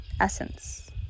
essence